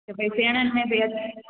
की भई सेणनि में